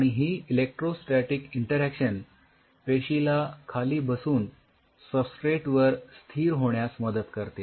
आणि ही electrostatic interaction पेशीला खाली बसून सबस्ट्रेट वर स्थिर होण्यास मदत करते